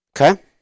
Okay